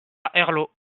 herlaut